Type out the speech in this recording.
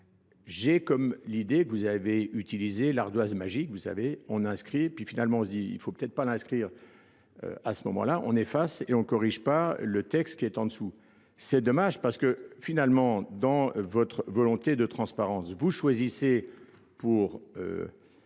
J'ai comme l'idée que vous avez utilisé l'ardoise magique, vous savez, on inscrit, puis finalement on se dit, il ne faut peut-être pas l'inscrire. à ce moment-là, on efface et on corrige pas le texte qui est en dessous. C'est dommage parce que finalement, dans votre volonté de transparence, vous choisissez pour